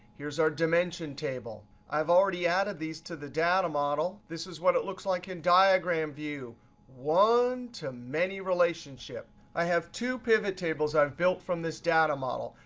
here's our dimension table. i've already added these to the data model. this is what it looks like in diagram view one-to-many relationship. i have two pivot tables i've built from this data model.